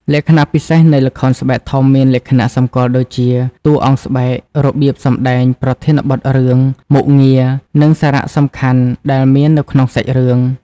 លក្ខណៈពិសេសនៃល្ខោនស្បែកធំមានលក្ខណៈសម្គាល់ដូចជា តួអង្គស្បែក របៀបសម្ដែង ប្រធានបទរឿង មុខងារ និងសារៈសំខាន់ៗដែលមាននៅក្នុងសាច់រឿង ។